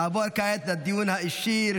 נעבור כעת לדיון האישי.